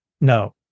no